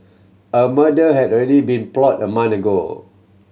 a mother had already been plot a month ago